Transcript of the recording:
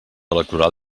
electoral